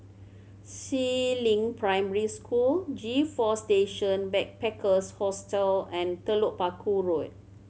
Si Ling Primary School G Four Station Backpackers Hostel and Telok Paku Road